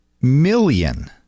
million